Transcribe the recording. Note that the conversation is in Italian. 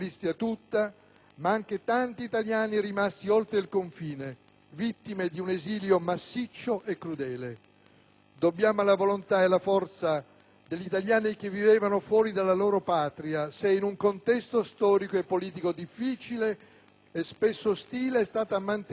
ma anche tanti italiani rimasti oltre il confine, vittime di un esilio massiccio e crudele. Dobbiamo alla volontà e alla forza degli italiani che vivevano fuori dalla loro Patria se, in un contesto storico e politico difficile e spesso ostile, sono stati mantenuti vivi